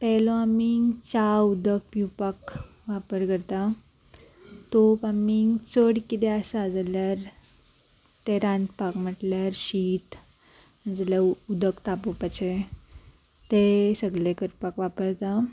पेलो आमी च्या उदक पिवपाक वापर करता तोप आमी चड कितें आसा जाल्यार ते रांदपाक म्हटल्यार शीत जाल्यार उदक तापोवपाचे ते सगले करपाक वापरता